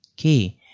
Okay